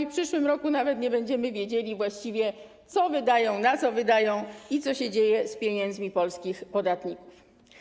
W przyszłym roku nawet nie będziemy wiedzieli właściwie, co wydają, na co wydają i co się dzieje z pieniędzmi polskich podatników.